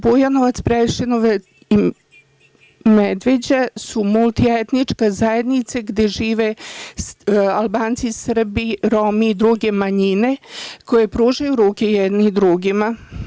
Bujanovac, Preševo i Medveđa su multietničke zajednice gde žive Albanci, Srbi, Romi i druge manjine koje pružaju ruke jedni drugima.